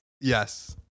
yes